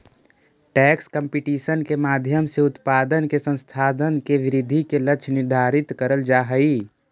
tax competition के माध्यम से उत्पादन के संसाधन के वृद्धि के लक्ष्य निर्धारित करल जा हई